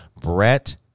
Brett